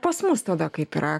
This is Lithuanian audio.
pas mus tada kaip yra